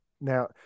now